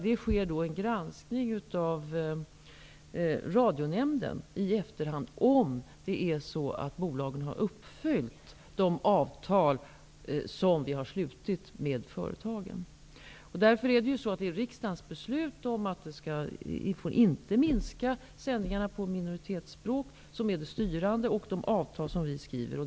Det sker en granskning av Radionämnden i efterhand om bolagen har uppfyllt de avtal som vi har slutit med företagen. Därför är det riksdagens beslut om att man inte får minska sändningarna på minoritetsspråk som är det styrande och som ingår i de avtal som vi skriver.